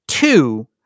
Two